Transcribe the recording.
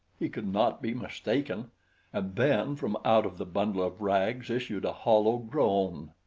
he could not be mistaken and then from out of the bundle of rags issued a hollow groan.